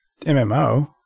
MMO